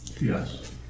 Yes